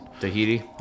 Tahiti